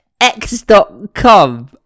x.com